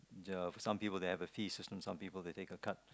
there are some people they have a fee system so some people they take a card